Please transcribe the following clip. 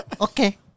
Okay